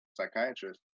psychiatrist